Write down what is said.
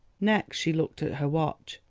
next she looked at her watch,